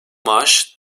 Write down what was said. maaş